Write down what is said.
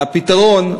הפתרון,